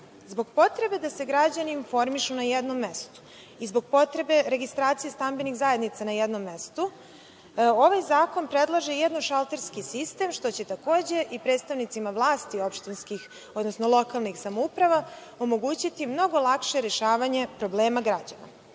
rade. Zbog potrebe da se građani informišu na jednom mestu i zbog potrebe registracije stambenih zajednica na jednom mestu, ovaj zakon predlaže i jednošalterski sistem što će takođe i predstavnicima vlasti opštinskih, odnosno lokalnih samouprava omogućiti mnogo lakše rešavanje problema građana. Do